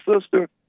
sister